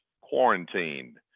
quarantined